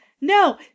No